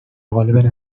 قالب